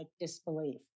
disbelief